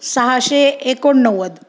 सहाशे एकोणनव्वद